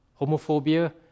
Homophobia